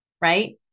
Right